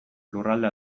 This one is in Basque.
lurralde